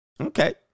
Okay